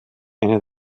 eine